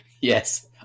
Yes